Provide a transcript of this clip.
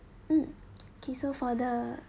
mm okay so for the